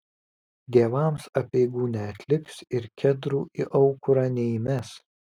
dievams apeigų neatliks ir kedrų į aukurą neįmes